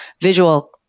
visual